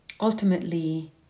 Ultimately